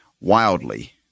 wildly